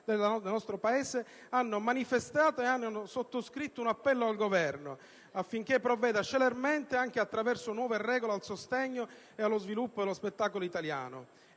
del nostro Paese, hanno manifestato e sottoscritto un appello al Governo affinché provveda celermente, anche attraverso nuove regole al sostegno e allo sviluppo dello spettacolo italiano.